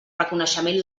reconeixement